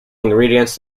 ingredients